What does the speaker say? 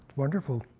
wonderful.